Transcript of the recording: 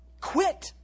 Quit